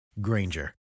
Granger